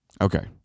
okay